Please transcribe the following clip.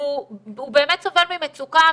הוא באמת סובל ממצוקה אמיתית,